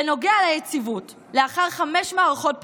בנוגע ליציבות, לאחר חמש מערכות בחירות,